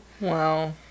Wow